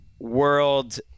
world